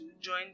join